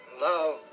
Love